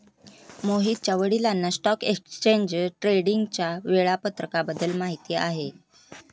मोहितच्या वडिलांना stock exchange ट्रेडिंगच्या वेळापत्रकाबद्दल माहिती आहे